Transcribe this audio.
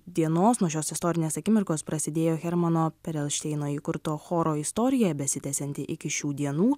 dienos nuo šios istorinės akimirkos prasidėjo hermano perelšteino įkurto choro istorija besitęsianti iki šių dienų